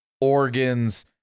organs